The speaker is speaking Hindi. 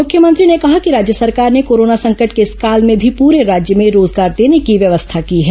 मुख्यमंत्री ने कहा कि राज्य सरकार ने कोरोना संकट के इस काल में भी पूरे राज्य में रोजगार देने की व्यवस्था की है